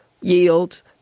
yield